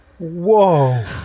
Whoa